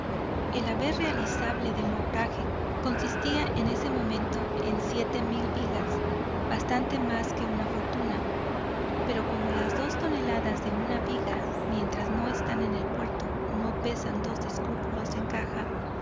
el haber realizable del obraje consistía en ese momento en siete mil vigas bastante más que una fortuna pero como las dos toneladas de una viga mientras no están en el puerto no pesan dos escrúpulos en caja